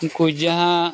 ᱩᱱᱠᱩ ᱡᱟᱦᱟᱸ